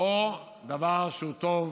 או דבר שהוא טוב